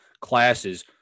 classes